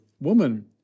Woman